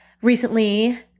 recently